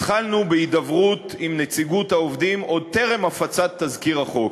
התחלנו בהידברות עם נציגות העובדים עוד טרם הפצת תזכיר החוק,